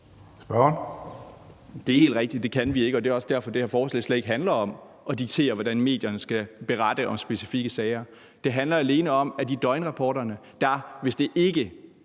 Det er helt rigtigt, at det kan vi ikke. Det er også derfor, det her forslag slet ikke handler om at diktere, hvordan medierne skal berette om specifikke sager. Det handler alene om, at man i døgnrapporterne, hvis det ikke